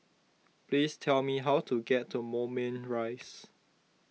please tell me how to get to Moulmein Rise